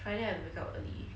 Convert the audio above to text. friday I have to wake up early